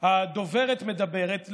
הדוברת מדברת,